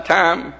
time